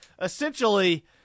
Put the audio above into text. Essentially